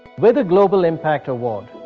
with the global impact award,